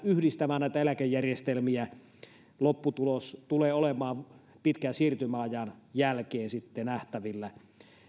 yhdistämään näitä eläkejärjestelmiä jos siihen päädytään lopputulos tulee olemaan sitten pitkän siirtymäajan jälkeen nähtävillä